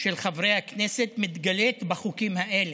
של חברי הכנסת מתגלית בחוקים האלה,